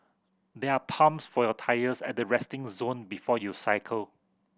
there are pumps for your tyres at the resting zone before you cycle